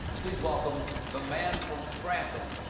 please welcome, the man from scranton,